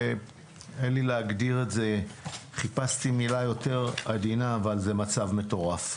אין לי אלא להגדיר את זה חיפשתי מילה יותר עדינה כמצב מטורף.